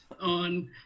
on